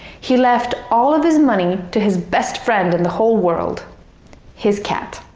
he left all of his money to his best friend in the whole world his cat